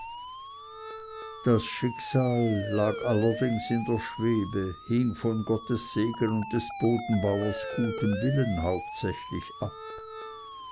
ihr schicksal lag allerdings in der schwebe hing von gottes segen und des bodenbauers gutem willen hauptsächlich ab